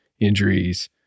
injuries